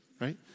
Right